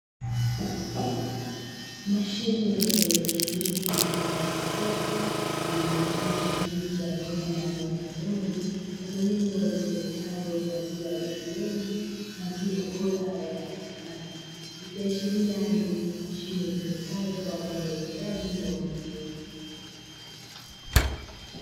Mashine ya kielektroniki mfano wa jokovu lililochapishwa picha ya mnyama aina ya ng'ombe na maneno yasomekayo "MAZIWA ATM MAZIWA BORA YANAPATIKANA", ikiashiria ni mashine itumikayo kwa ajili ya uuzaji wa maziwa.